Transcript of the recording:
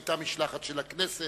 היתה משלחת של הכנסת.